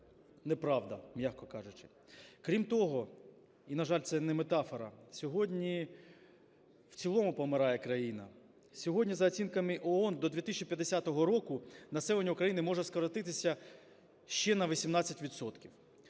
неправда, м'яко кажучи. Крім того, і, на жаль, це не метафора, сьогодні в цілому помирає країна. Сьогодні, за оцінками ООН, до 2050 року населення України може скоротитися ще на 18